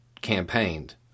campaigned